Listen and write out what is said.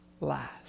last